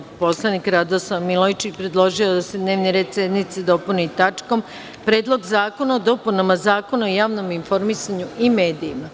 Narodni poslanik Radoslav Milojičić predložio je da se dnevni red sednice dopuni tačkom – Predlog zakona o dopunama Zakona o javnom informisanju i medijima.